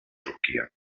turquia